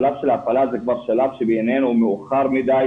השלב של ההפעלה זה כבר שלב שבעיננו הוא מאוחד מדי,